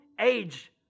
age